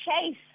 chase